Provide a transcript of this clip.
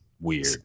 weird